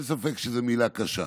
אין ספק שזאת מילה קשה,